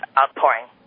outpouring